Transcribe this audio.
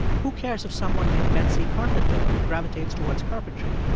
who cares if someone named betsy carpenter gravitates towards carpentry?